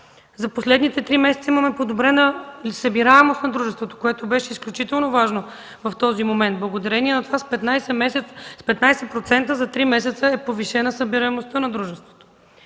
За последните три месеца имаме подобрена събираемост на дружеството, което беше изключително важно в този момент. Благодарение на това за три месеца събираемостта е